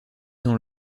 dans